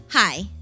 Hi